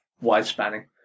wide-spanning